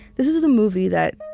this is is a movie that,